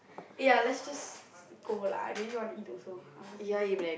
ya let's just go lah I really want to eat also hungry